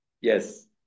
Yes